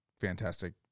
fantastic